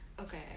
Okay